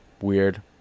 Weird